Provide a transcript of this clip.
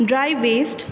dry waste